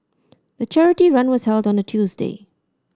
the charity run was held on a Tuesday